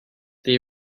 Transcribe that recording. they